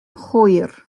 hwyr